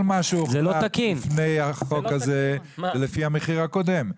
כל מה שהוחלט לפני החוק הזה זה לפי המחיר הקודם,